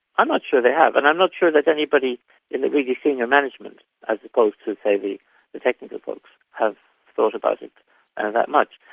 i'm not sure they have, and i'm not sure that anybody in the really senior management as opposed to, say, the the technical folks, have thought about it and that much.